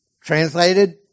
Translated